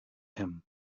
him